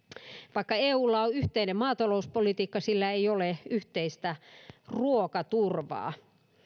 vaikka eulla on yhteinen maatalouspolitiikka sillä ei ole yhteistä ruokaturvaa